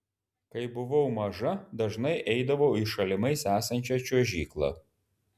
kai buvau maža dažnai eidavau į šalimais esančią čiuožyklą